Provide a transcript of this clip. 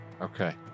Okay